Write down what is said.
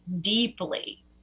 deeply